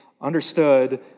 understood